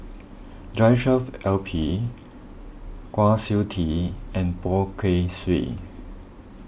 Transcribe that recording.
Joshua Ip Kwa Siew Tee and Poh Kay Swee